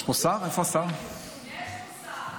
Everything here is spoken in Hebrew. אדוני השר,